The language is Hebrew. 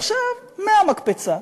עכשיו, מהמקפצה.